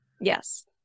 Yes